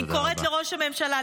אני קוראת לראש הממשלה,